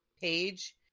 page